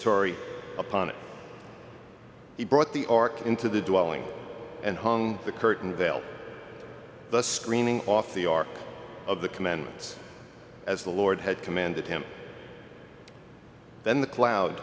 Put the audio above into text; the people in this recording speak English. propitiatory upon it he brought the ark into the dwelling and hung the curtain veil the screening off the ark of the commandments as the lord had commanded him then the cloud